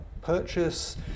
purchase